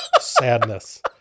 Sadness